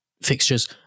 Fixtures